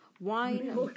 Wine